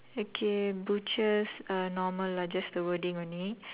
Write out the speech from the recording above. okay butchers uh normal lah just the wording only